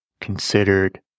considered